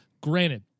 granted